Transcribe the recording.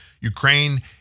Ukraine